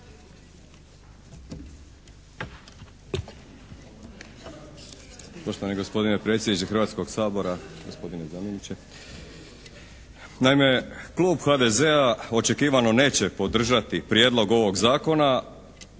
Naime, klub HDZ-a očekivano neće podržati prijedlog ovog zakona